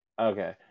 Okay